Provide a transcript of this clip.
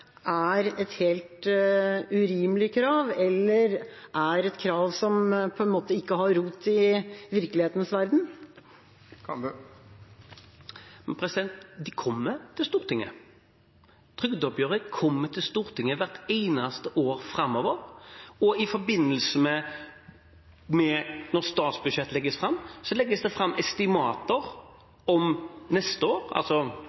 er et helt urimelig krav eller et krav som på en måte ikke har rot i virkelighetens verden? De kommer til Stortinget. Trygdeoppgjøret kommer til Stortinget hvert eneste år framover, og i forbindelse med at statsbudsjettet legges fram, legges det fram estimater om neste år, altså